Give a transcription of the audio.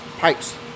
pipes